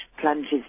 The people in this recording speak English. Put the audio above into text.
plunges